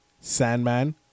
Sandman